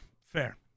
fair